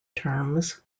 terms